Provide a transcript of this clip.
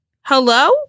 hello